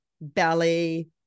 belly